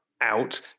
out